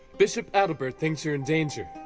bishop adelbert thinks you're in danger.